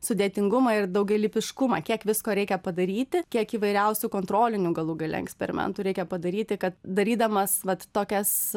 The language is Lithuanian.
sudėtingumą ir daugialypiškumą kiek visko reikia padaryti kiek įvairiausių kontrolinių galų gale eksperimentų reikia padaryti kad darydamas vat tokias